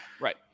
right